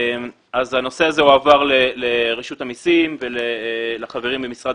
הנושא הזה הועבר לרשות המסים ולחברים במשרד